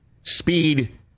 speed